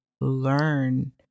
learn